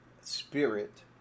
spirit